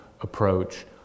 approach